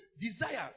desire